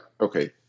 okay